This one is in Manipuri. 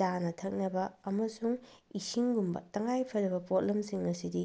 ꯆꯥꯅ ꯊꯛꯅꯕ ꯑꯃꯁꯨꯡ ꯏꯁꯤꯡꯒꯨꯝꯕ ꯇꯉꯥꯏꯐꯗꯕ ꯄꯣꯠꯂꯝꯁꯤꯡ ꯑꯁꯤꯗꯤ